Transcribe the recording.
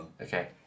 okay